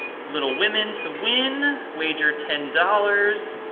little women to win, wager ten dollars.